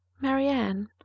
Marianne